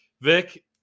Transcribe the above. Vic